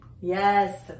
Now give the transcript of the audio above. Yes